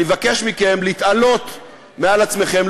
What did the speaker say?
אני מבקש מכם להתעלות על עצמכם,